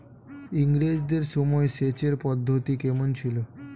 ইঙরেজদের সময় সেচের পদ্ধতি কমন ছিল?